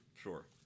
sure